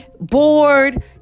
bored